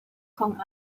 kong